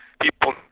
people